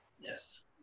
Yes